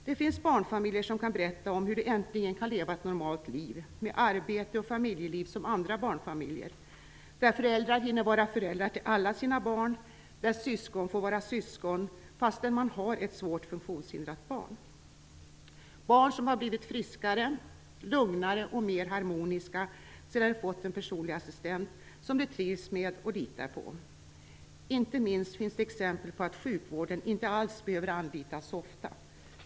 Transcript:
Det finns barnfamiljer som kan berätta om hur de äntligen kan leva ett normalt liv med arbete och familjeliv som andra barnfamiljer där syskon får vara syskon och där föräldrar hinner vara föräldrar till alla sina barn fastän de har ett svårt funktionshindrat barn. Det finns barn som har blivit friskare, lugnare och mer harmoniska sedan de fått en personlig assistent som de trivs med och litar på. Inte minst finns det exempel på att sjukvården inte alls behöver anlitas så ofta.